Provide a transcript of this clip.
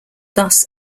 thus